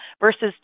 versus